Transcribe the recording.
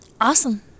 Awesome